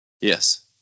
Yes